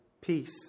peace